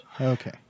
Okay